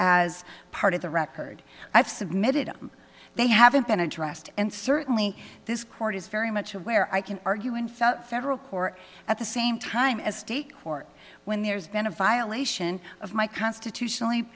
as part of the record i've submitted they haven't been addressed and certainly this court is very much aware i can argue in felt federal court at the same time as state court when there's been a violation of my constitutionally